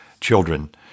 children